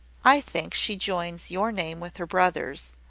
i think she joins your name with her brother's,